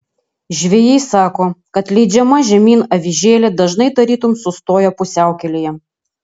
žvejai sako kad leidžiama žemyn avižėlė dažnai tarytum sustoja pusiaukelėje